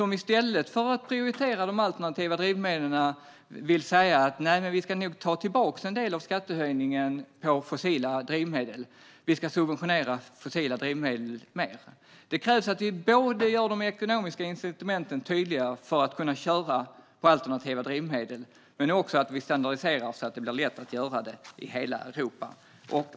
I stället för att prioritera de alternativa drivmedlen säger de: Vi ska nog ta tillbaka en del av skattehöjningen på fossila drivmedel, och vi ska subventionera dessa drivmedel mer. Det krävs att vi både gör de ekonomiska incitamenten tydliga för att kunna köra på alternativa drivmedel och standardiserar så att det blir lätt att göra det i hela Europa. Fru talman!